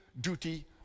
duty